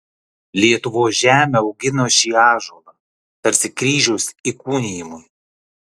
lietuvos žemė augino šį ąžuolą tarsi kryžiaus įkūnijimui